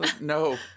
no